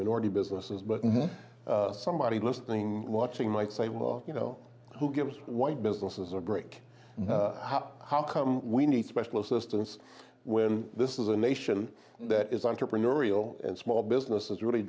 minority businesses but somebody listening watching might say well you know who gives white businesses a break how come we need special assistance when this is a nation that is entrepreneurial and small businesses really